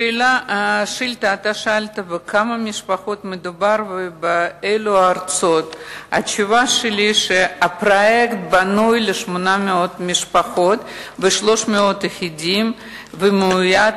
1. הפרויקט בנוי ל-800 משפחות ו-300 יחידים ומיועד